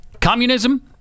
Communism